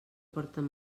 porten